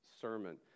sermon